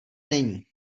není